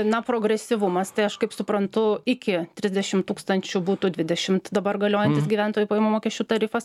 na progresyvumas tai aš kaip suprantu iki trisdešim tūkstančių būtų dvidešimt dabar galiojantis gyventojų pajamų mokesčių tarifas